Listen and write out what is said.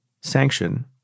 sanction